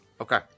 Okay